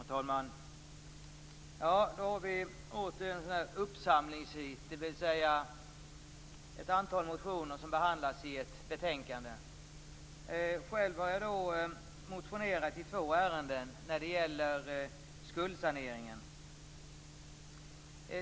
Herr talman! Då gäller det återigen ett slags uppsamlingsheat, dvs. ett antal motioner som behandlas i ett betänkande. Själv har jag motionerat i två ärenden rörande skuldsanering.